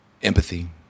empathy